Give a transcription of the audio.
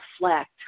reflect